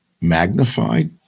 magnified